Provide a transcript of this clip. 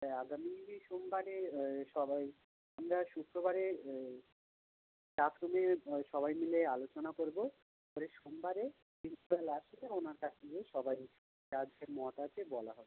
হ্যাঁ আগামী সোমবারে সবাই আমরা শুক্রবারে ক্লাসরুমে সবাই মিলে আলোচনা করবো তারপরে সোমবারে প্রিন্সিপাল আসলে ওনার কাছে গিয়ে সবাই যার যা মত আছে বলা হবে